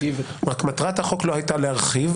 רק מטרת החוק לא הייתה להרחיב,